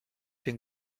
den